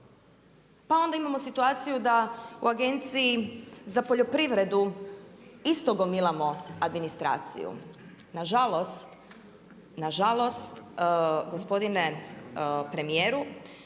Pa onda imamo situaciju da u Agenciju za poljoprivredu isto gomilamo administraciju. Nažalost, nažalost gospodine premijeru,